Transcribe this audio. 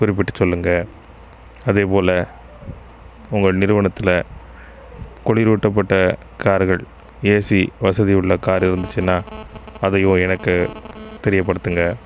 குறிப்பிட்டு சொல்லுங்கள் அதே போல் உங்கள் நிறுவனத்தில் குளிர் ஊட்டப்பட்ட கார்கள் ஏசி வசதி உள்ள கார் இருந்துச்சுன்னா அதையும் எனக்கு தெரியப்படுத்துங்க